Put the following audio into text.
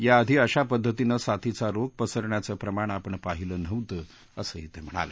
या आधी अश्या पद्धतीनं साथीचा रोग पसरण्याचं प्रमाण आपण पाहिलं नव्हतं असंही ते म्हणाले